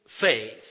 faith